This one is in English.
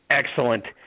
excellent